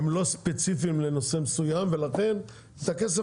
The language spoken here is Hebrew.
הם לא ספציפיים לנושא מסוים ואת הכסף